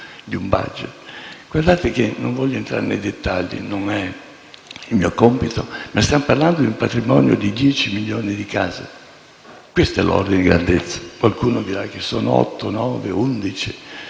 *budget*. Non voglio entrare nei dettagli - non è mio compito - ma stiamo parlando di un patrimonio di 10 milioni di case. Questo è l'ordine di grandezza. Qualcuno dirà che sono otto, nove,